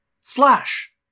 Slash